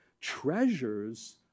treasures